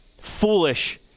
foolish